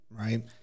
right